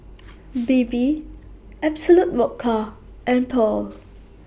Bebe Absolut Vodka and Paul